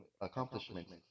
accomplishments